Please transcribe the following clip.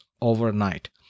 overnight